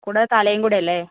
കൂടാതെ തലയും കൂടെയല്ലേ